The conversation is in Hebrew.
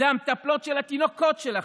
אלו המטפלות של התינוקות שלכם,